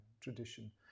tradition